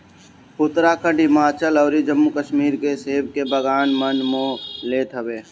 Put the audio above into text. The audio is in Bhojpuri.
उत्तराखंड, हिमाचल अउरी जम्मू कश्मीर के सेब के बगान मन मोह लेत हवे